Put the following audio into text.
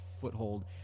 foothold